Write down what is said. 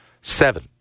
seven